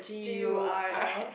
G_U_R_L